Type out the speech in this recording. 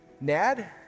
NAD